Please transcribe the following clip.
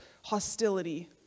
hostility